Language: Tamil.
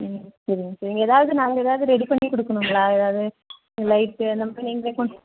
ம் சரிங்க சரிங்க ஏதாவது நாங்கள் ஏதாவது ரெடி பண்ணி கொடுக்கணுங்களா ஏதாவது லைட்டு அந்த மாதிரி நீங்களே கொ